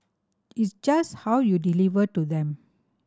it's just how you deliver to them